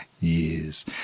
Yes